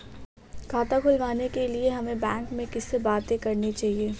खाता खुलवाने के लिए हमें बैंक में किससे बात करनी चाहिए?